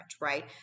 right